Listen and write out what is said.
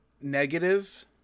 negative